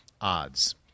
odds